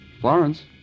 Florence